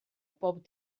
bob